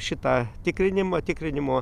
šitą tikrinimą tikrinimo